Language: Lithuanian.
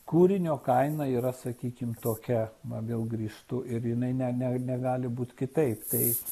kūrinio kaina yra sakykim tokia na vėl grįžtu ir jinai ne ne negali būt kitaip tai